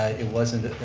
it wasn't.